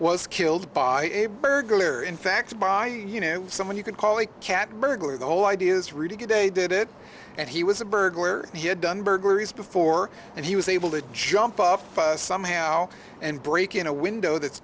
was killed by a burglar in fact by you know someone you can call a cat burglar the whole idea is really good a did it and he was a burglar he had done burglaries before and he was able to jump off somehow and break in a window that's